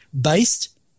based